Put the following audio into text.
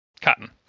Cotton